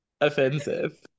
Offensive